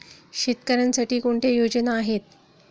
शेतकऱ्यांसाठी कोणत्या योजना आहेत?